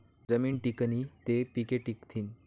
जमीन टिकनी ते पिके टिकथीन